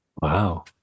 Wow